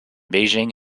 beijing